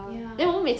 ya